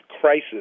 crisis